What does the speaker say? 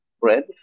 bread